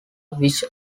which